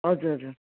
हजुर हजुर